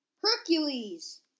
Hercules